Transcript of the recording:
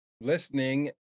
listening